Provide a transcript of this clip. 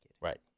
Right